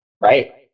Right